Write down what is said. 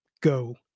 go